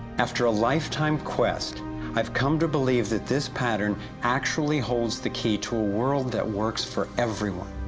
after a lifetime quest i've come to believe that this pattern actually holds the key to a world that works for everyone.